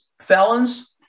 felons